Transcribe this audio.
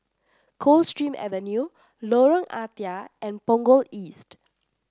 Coldstream Avenue Lorong Ah Thia and Punggol East